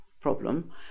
problem